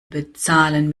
bezahlen